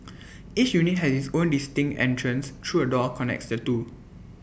each unit has its own distinct entrance through A door connects the two